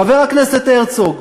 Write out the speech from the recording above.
חבר הכנסת הרצוג,